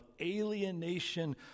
alienation